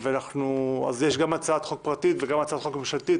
יש הצעת חוק פרטית והצעת חוק ממשלתית,